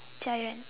jia yuan